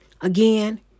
Again